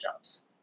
jobs